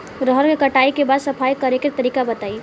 रहर के कटाई के बाद सफाई करेके तरीका बताइ?